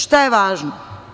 Šta je važno?